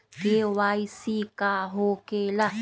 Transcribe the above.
KYC का हो के ला?